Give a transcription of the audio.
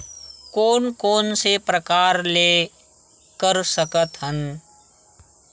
कोन कोन से प्रकार ले कर सकत हन?